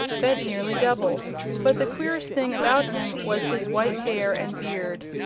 bent nearly double but the queerest thing about him was his white hair and beard.